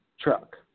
truck